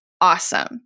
Awesome